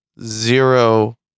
zero